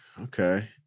Okay